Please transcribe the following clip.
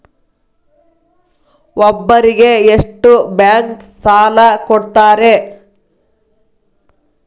ಒಬ್ಬರಿಗೆ ಎಷ್ಟು ಬ್ಯಾಂಕ್ ಸಾಲ ಕೊಡ್ತಾರೆ?